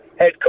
head